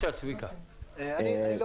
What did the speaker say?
אני לא